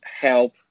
help